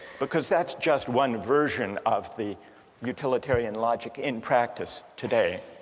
because that's just one version of the utilitarian logic in practice today,